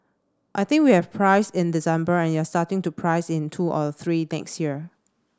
I think we have priced in December and you're starting to price in two or three next year